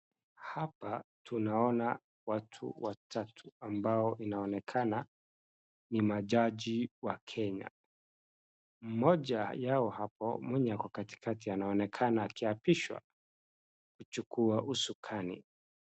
Hapa tunaona watu watatu ambao inaonekana ni majaji wa Kenya. Mmoja yao hapo mwenye ako katikati anaonekana akiapishwa kuchukua ushukani.